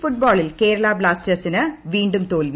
L ഫുട്ബോളിൽ കേരള ബ്ലാസ്റ്റേഴ്സിന് വീണ്ടും തോൽവി